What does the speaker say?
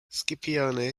scipione